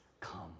come